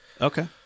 Okay